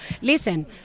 Listen